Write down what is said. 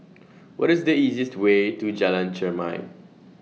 What IS The easiest Way to Jalan Chermai